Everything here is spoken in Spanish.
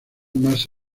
más